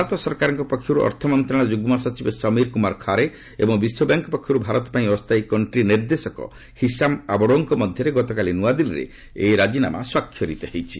ଭାରତ ସରକାରଙ୍କ ପକ୍ଷରୁ ଅର୍ଥମନ୍ତ୍ରଶାଳୟ ଯୁଗ୍ମ ସଚିବ ସମିର କୁମାର ଖାରେ ଏବଂ ବିଶ୍ୱବ୍ୟାଙ୍କ ପକ୍ଷରୁ ଭାରତ ପାଇଁ ଅସ୍ଥାୟୀ କଣ୍ଟ୍ରି ନିର୍ଦ୍ଦେଶକ ହିସାମ ଅବଡୋଙ୍କ ମଧ୍ୟରେ ଗତକାଲି ନ୍ତ୍ରଆଦିଲ୍ଲୀରେ ଏହି ରାଜିନାମା ସ୍ୱାକ୍ଷରିତ ହୋଇଛି